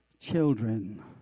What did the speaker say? children